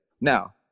Now